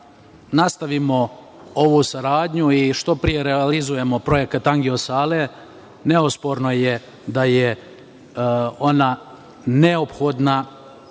nastavimo ovu saradnju i što prije realizujemo projekat angio-sale, nesporno je da je ona neophodna